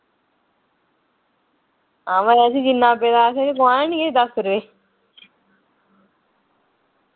हां वा असें जिन्ना पेदा असें बी कमाना ना किश दस रपे